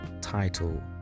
title